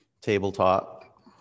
Tabletop